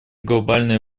глобальные